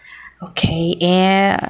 okay and